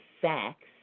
facts